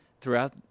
throughout